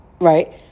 Right